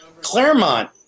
Claremont